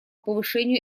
повышению